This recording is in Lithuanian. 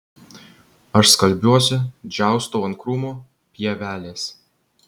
aš skalbiuosi džiaustau ant krūmų pievelės